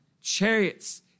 chariots